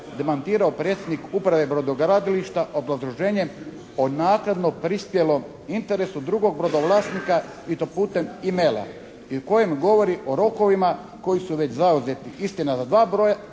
demantirao predsjednik uprave brodogradilišta obrazloženjem o naknadno prispjelom interesu drugog brodovlasnika i to putem e-maila i u kojem govori o rokovima koji su vez zauzeti istina za dva broda